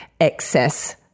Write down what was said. excess